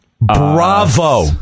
Bravo